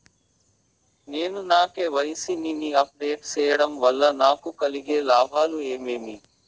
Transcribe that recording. నేను నా కె.వై.సి ని అప్ డేట్ సేయడం వల్ల నాకు కలిగే లాభాలు ఏమేమీ?